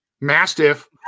Mastiff